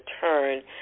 turn